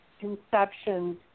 conceptions